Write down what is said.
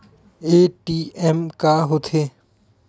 ATM का होथे?